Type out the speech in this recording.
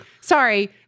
Sorry